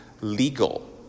legal